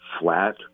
flat